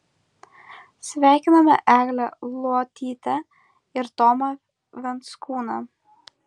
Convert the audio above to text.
sveikiname eglę luotytę ir tomą venskūną